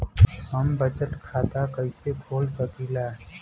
हम बचत खाता कईसे खोल सकिला?